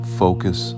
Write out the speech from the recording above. focus